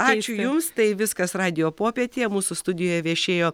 ačiū jums tai viskas radijo popietėje mūsų studijoje viešėjo